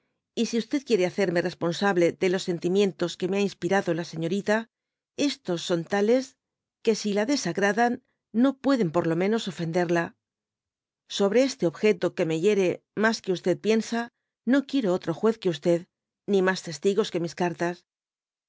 y si quiere hacejme joesponsable de los sentimientos que me ha ins p'ado la señorita estps son tales que si la de dby google sagrádan no pueden por o menos ofenderla sobre este objeto que me hiere mas que piensa no quiero otro jues que ni mas tes tigos que mis cartas